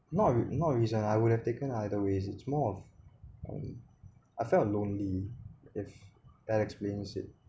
not not reason I would have taken either ways it's more of I felt lonely if that explains it